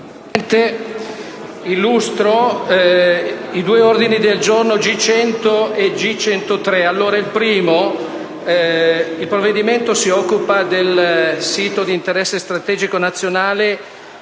Il provvedimento si occupa del sito di interesse strategico nazionale